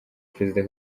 perezida